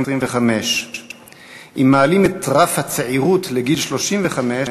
25. אם מעלים את רף הצעירוּת לגיל 35,